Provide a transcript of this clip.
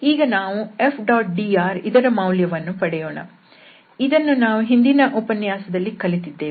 ಈಗ ನಾವು F⋅dr ಇದರ ಮೌಲ್ಯವನ್ನು ಪಡೆಯೋಣ ಇದನ್ನು ನಾವು ಹಿಂದಿನ ಉಪನ್ಯಾಸದಲ್ಲಿ ಕಲಿತಿದ್ದೇವೆ